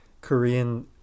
korean